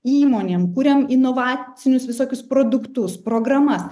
įmonėm kuriam inovacinius visokius produktus programas